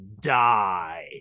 die